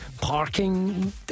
parking